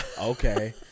Okay